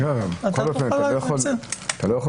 ברשותכם אני רוצה לגעת בעניין,